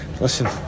listen